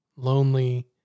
Lonely